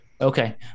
Okay